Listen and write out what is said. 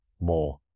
more